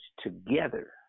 together